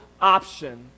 option